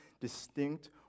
distinct